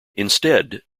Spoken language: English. instead